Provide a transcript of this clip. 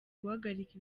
guhagarika